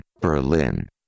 Berlin